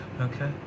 okay